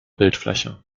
bildfläche